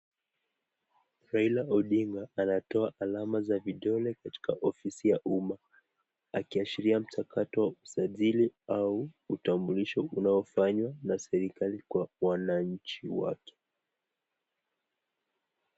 Raila Odinga anatoa alama za vidole katika ofisi ya umma, akiashiria mchakato wa usajili au utambulisho unaofanywa na serekali kwa wananchi wake.